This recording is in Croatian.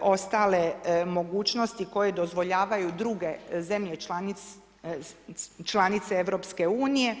ostale mogućnosti koje dozvoljavaju druge zemlje članice EU.